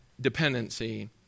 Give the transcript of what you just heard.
dependency